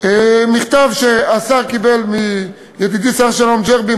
מכתב שהשר קיבל מידידי שר-שלום ג'רבי,